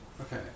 Okay